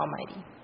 Almighty